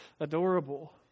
adorable